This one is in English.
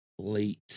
late